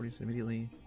Immediately